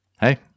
hey